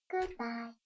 Goodbye